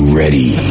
ready